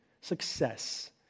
Success